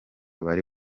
bari